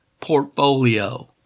portfolio